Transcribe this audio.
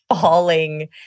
falling